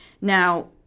Now